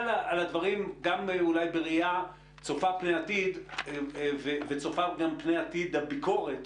גם בראייה צופה פני עתיד וצופה גם פני עתיד הביקורת,